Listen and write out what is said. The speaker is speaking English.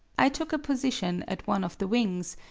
i took a position at one of the wings,